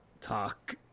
talk